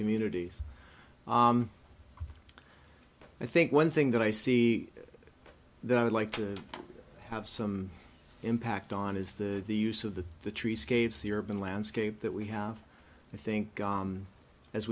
communities i think one thing that i see that i would like to have some impact on is the use of the the trees caves the urban landscape that we have i think as